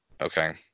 okay